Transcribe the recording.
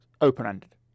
open-ended